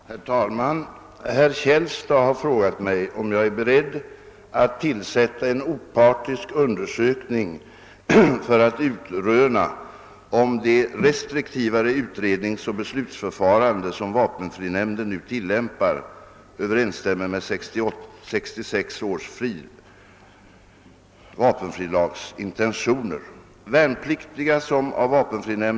Herr talman! Herr Källstad har frågat mig, om jag är beredd att tillsätta en opartisk undersökning för att utröna om det restriktivare utredningsoch beslutsförfarande, som vapenfrinämnden nu tillämpar, överensstämmer med 1966 års vapenfrilags intentioner.